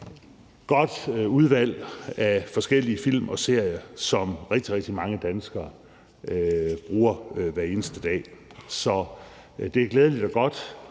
godt udvalg af forskellige film og serier, som rigtig, rigtig mange danskere bruger hver eneste dag. Så det er glædeligt og godt,